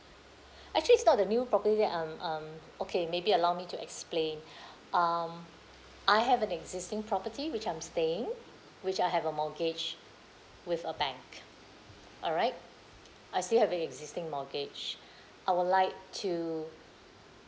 actually it's not the new property that I'm um okay maybe allow me to explain um I have an existing property which I'm staying which I have a mortgage with a bank alright I still have an existing mortgage I would like to